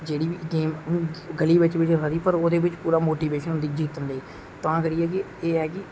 गली च बी चलदी गेम पर ओहदे च मोटीवेशन होंदी जित्तने लेई